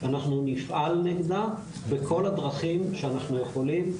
אנחנו נפעל נגדה בכל הדרכים שאנחנו יכולים,